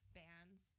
bands